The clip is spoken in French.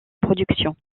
production